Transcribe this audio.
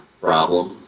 problem